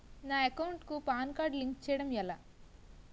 నా అకౌంట్ కు pan card link చేయడం ఎలా?